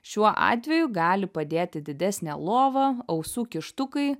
šiuo atveju gali padėti didesnė lova ausų kištukai